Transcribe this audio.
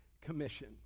Commission